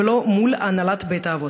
ולא מול הנהלת בית-האבות?